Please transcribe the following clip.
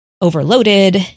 overloaded